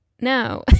No